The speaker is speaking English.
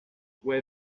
where